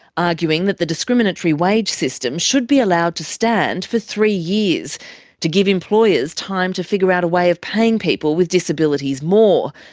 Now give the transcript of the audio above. arguing that the discriminatory wage system should be allowed to stand for three years to give employers time to figure out a way of paying people with disabilities more.